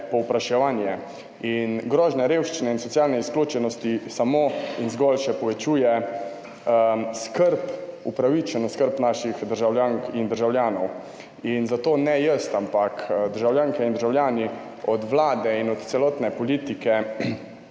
povpraševanje. Grožnja revščine in socialne izključenosti samo in zgolj še povečuje skrb, upravičeno skrb naših državljank in državljanov in zato ne jaz, ampak državljanke in državljani od Vlade in od celotne politike